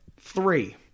Three